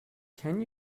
can